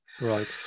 right